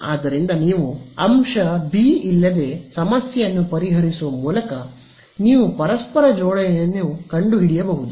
ಆದ್ದರಿಂದ ನೀವು ಅಂಶ B ಇಲ್ಲದೆ ಸಮಸ್ಯೆಯನ್ನು ಪರಿಹರಿಸುವ ಮೂಲಕ ನೀವು ಪರಸ್ಪರ ಜೋಡಣೆಯನ್ನು ಕಂಡುಹಿಡಿಯಬಹುದು